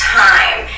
time